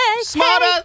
Smarter